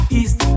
east